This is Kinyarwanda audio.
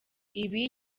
ibi